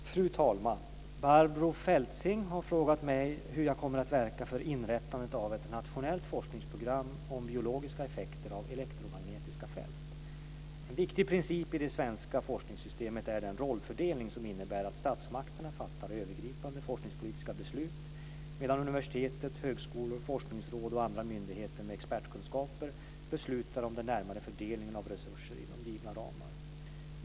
Fru talman! Barbro Feltzing har frågat mig hur jag kommer att verka för inrättandet av ett nationellt forskningsprogram om biologiska effekter av elektromagnetiska fält. En viktig princip i det svenska forskningssystemet är den rollfördelning som innebär att statsmakterna fattar övergripande forskningspolitiska beslut medan universitet, högskolor, forskningsråd och andra myndigheter med expertkunskaper beslutar om den närmare fördelningen av resurser inom givna ramar.